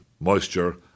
moisture